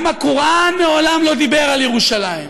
גם הקוראן מעולם לא דיבר על ירושלים.